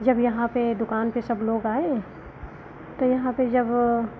जब यहाँ पर दुकान पर सब लोग आए तो यहाँ पर जब